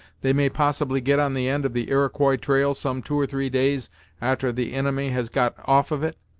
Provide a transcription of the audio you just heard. they may possibly get on the end of the iroquois trail some two or three days a'ter the inimy has got off of it?